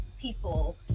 people